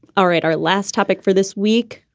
all right, our last topic for this week,